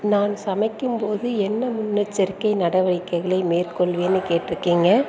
நான் சமைக்கும்போது என்ன முன்னெச்சரிக்கை நடவடிக்கைகளை மேற்கொள்ளுவேன்னு கேட் இருக்கீங்க